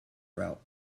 route